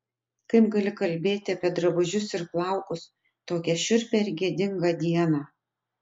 kaip gali kalbėti apie drabužius ir plaukus tokią šiurpią ir gėdingą dieną